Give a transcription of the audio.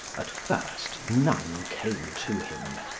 at first none came to him.